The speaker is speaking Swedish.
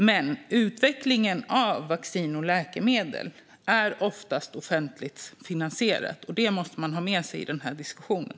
Men utvecklingen av vaccin och läkemedel är oftast offentligt finansierad. Det måste man ha med sig i diskussionen.